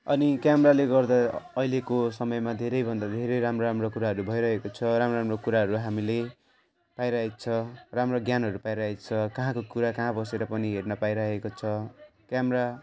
अनि क्यामेराले गर्दा अहिलेको समयमा धेरै भन्दा धेरै राम्रो राम्रो कुराहरू भइरहेको छ राम्रो राम्रो कुराहरू हामीले पाइरहेको छ राम्रो ज्ञानहरू पाइरहेको छ कहाँको कुरा कहाँ बसेर पनि हेर्न पाइरहेको छ क्यामेरा